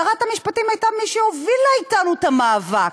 שרת המשפטים הייתה מי שהובילה אתנו את המאבק.